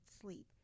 sleep